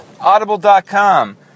Audible.com